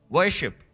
Worship